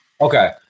Okay